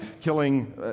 Killing